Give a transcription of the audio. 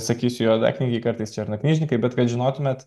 sakysiu juodaknygiai kartais černaknyžnikai bet kad žinotumėt